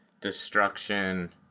destruction